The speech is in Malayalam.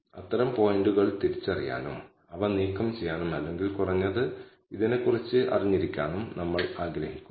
അത് ഡിപെൻഡന്റ് വേരിയബിളിനെ കേടാക്കുന്നു അത് ഡിപെൻഡന്റ് വേരിയബിളിനെ അളക്കാൻ ഉപയോഗിച്ച ഉപകരണത്തെ ആശ്രയിച്ചിരിക്കുന്നു